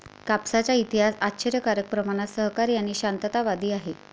कापसाचा इतिहास आश्चर्यकारक प्रमाणात सहकारी आणि शांततावादी आहे